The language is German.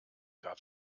gab